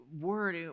word